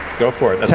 go for it.